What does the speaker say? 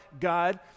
God